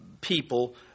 people